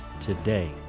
today